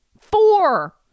Four